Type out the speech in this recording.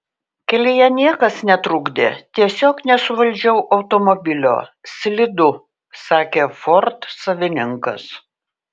kelyje niekas netrukdė tiesiog nesuvaldžiau automobilio slidu sakė ford savininkas